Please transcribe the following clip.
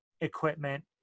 equipment